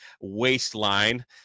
Waistline